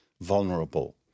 vulnerable